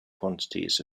quantities